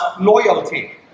loyalty